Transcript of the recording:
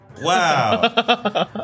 Wow